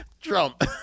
Trump